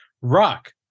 Rock